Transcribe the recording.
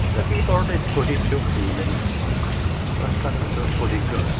the keyboard is fujitsu siemens. some kind of sort of fujitsu.